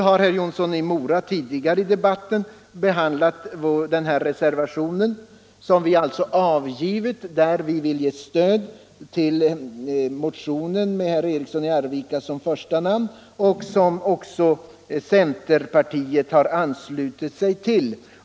Herr Jonsson i Mora har tidigare i debatten behandlat den reservation som vi avgivit och som även centerpartiets representanter i utskottet anslutit sig till.